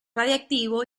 radiactivo